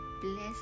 Bless